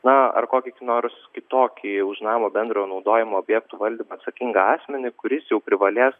na ar kokį nors kitokį už namo bendro naudojimo objektų valdymą atsakingą asmenį kuris jau privalės